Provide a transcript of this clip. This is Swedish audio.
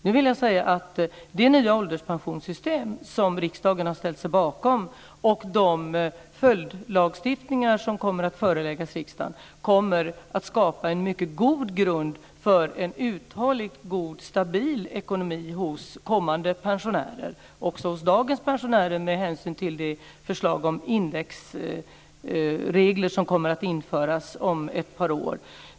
Nu vill jag säga att det nya ålderspensionssystem som riksdagen har ställt sig bakom och de följdlagstiftningar som kommer att föreläggas riksdagen kommer att skapa en mycket god grund för en uthålligt god och stabil ekonomi hos kommande pensionärer. Det gäller också dagens pensionärer med det förslag till indexregler som kommer att införas om ett par år.